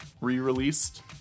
re-released